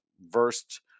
versed